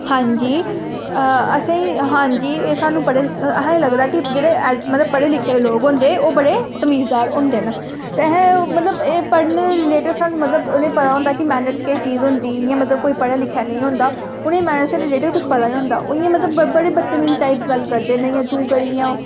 हां जी असेंगी हां जी एह् सानूं पढ़े असें लगदा कि जेह्ड़े मतलब पढ़े लिखे दे लोक होंदे ओह् बड़े तमीज़दार होंदे न ते अहें मतलब एह् पढ़ने दे रिलेटेड सानूं मतलब उ'नेंगी पता होंदा कि मैनर्स केह् चीज़ होंदी इ'यां मतलब कोई पढ़े लिखेआ नेईं होंदा उ'नेंगी मैनर्स दे रिलेटेड कुछ पता निं होंदा उ'यां मतलब बड़े बदतमीज टाइप गल्ल करदे न इयां तूं करी ओह्